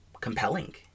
compelling